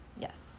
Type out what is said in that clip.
Yes